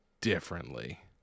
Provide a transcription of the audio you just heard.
differently